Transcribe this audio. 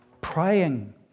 praying